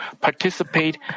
participate